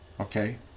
okay